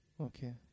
Okay